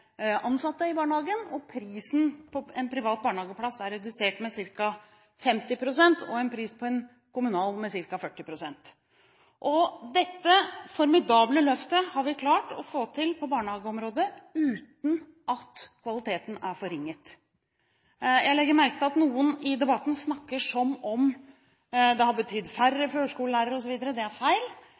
ansatte i barnehagen. Prisen på en privat barnehageplass er redusert med ca. 50 pst. og en kommunal med ca. 40 pst. Dette formidable løftet har vi klart å få til på barnehageområdet uten at kvaliteten er forringet. Jeg legger merke til at noen i debatten snakker som om det har betydd færre førskolelærere osv. Det er feil.